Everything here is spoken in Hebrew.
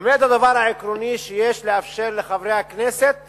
עומד הדבר העקרוני, שיש לאפשר לחברי הכנסת